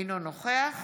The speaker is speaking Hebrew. אינו נוכח